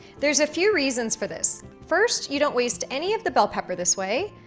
there's a few reasons for this. first, you don't waste any of the bell pepper this way.